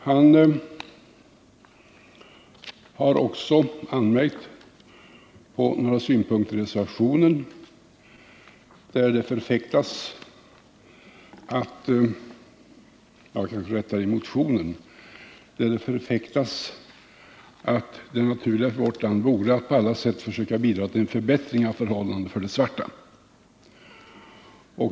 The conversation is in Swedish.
Carl Lidbom har också anmärkt på några synpunkter i motionen, där det förfäktas att det naturliga för vårt land vore att på alla sätt försöka bidra till en förbättring av förhållandena för de svarta.